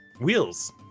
Wheels